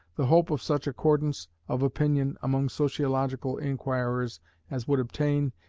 the hope of such accordance of opinion among sociological inquirers as would obtain,